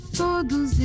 todos